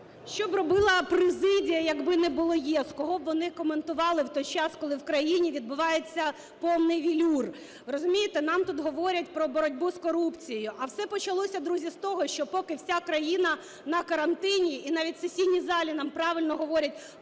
Що б робила президія, як не було "ЄС", кого б вони коментували в той час, коли в країні відбувається повний "велюр"? Розумієте, нам тут говорять про боротьбу з корупцією. А все почалося, друзі, з того, що, поки вся країна на карантині, і навіть в сесійній залі, нам правильно говорять,